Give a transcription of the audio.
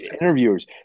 interviewers